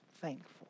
thankful